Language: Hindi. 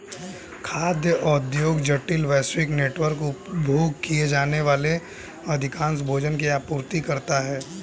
खाद्य उद्योग जटिल, वैश्विक नेटवर्क, उपभोग किए जाने वाले अधिकांश भोजन की आपूर्ति करता है